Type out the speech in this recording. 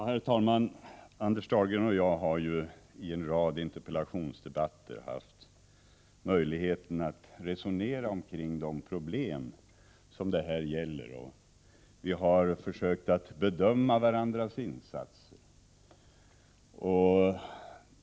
Herr talman! Anders Dahlgren och jag har ju i en rad interpellationsdebatter haft möjlighet att resonera om de problem som det här gäller, och vi har försökt bedöma varandras insatser.